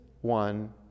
one